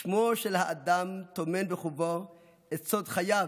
שמו של האדם טומן בחובו את סוד חייו,